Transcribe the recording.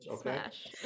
Smash